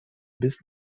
bis